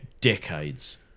decades